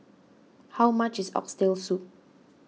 how much is Oxtail Soup